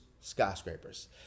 skyscrapers